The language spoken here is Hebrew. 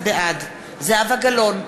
בעד זהבה גלאון,